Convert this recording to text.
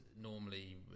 normally